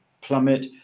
plummet